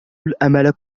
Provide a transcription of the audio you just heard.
الأمل